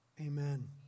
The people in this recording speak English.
Amen